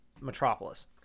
metropolis